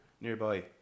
nearby